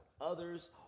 others